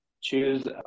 choose